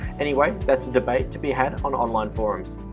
anyway, that's a debate to be had on online forums